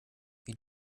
wie